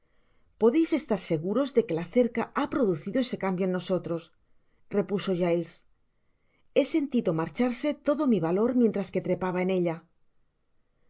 podeis estar seguros de que la cerca ha producido ese cambio en nosotros repuso giles he sentido marcharse todo mi valor mientras que trepaba en ella por